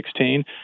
2016